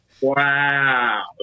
wow